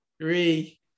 three